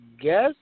guess